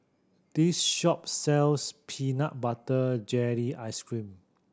this shop sells peanut butter jelly ice cream